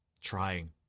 trying